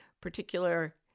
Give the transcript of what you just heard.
particular